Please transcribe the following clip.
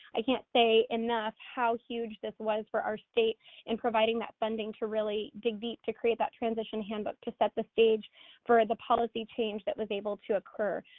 i can't say enough how huge this was for our state and providing that funding to really dig deep to create that transition handbook to set the stage for the policy change that was able to occur.